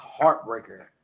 heartbreaker